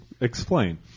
explain